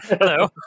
Hello